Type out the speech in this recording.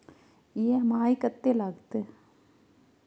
EMI कत्ते लगतै?